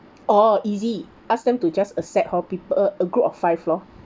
orh easy ask them to just accept hor people a group of five lor